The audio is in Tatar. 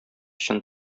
чын